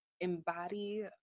embody